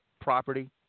property